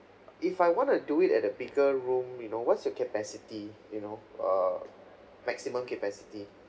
if I wanna do it at a bigger room you know what's your capacity you know uh maximum capacity